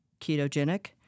ketogenic